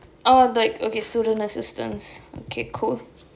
orh okay like student assistants okay cool